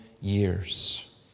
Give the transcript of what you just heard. years